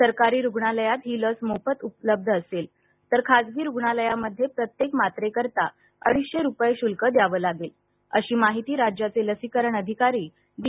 सरकारी रुग्णालयात ही लस मोफत उपलब्ध असेल तर खासगी रुग्णालयामध्ये प्रत्येक मात्रेकरता अडीचशे रुपये शुल्क द्यावं लागेल अशी माहिती राज्याचे लसीकरण अधिकारी डी